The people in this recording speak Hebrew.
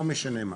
לא משנה מה.